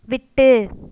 விட்டு